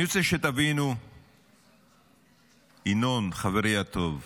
אני רוצה שתבינו, ינון, חברי הטוב,